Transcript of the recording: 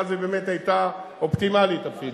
שהיא באמת היתה אופטימלית אפילו.